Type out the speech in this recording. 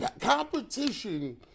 competition